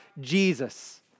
Jesus